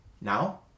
Now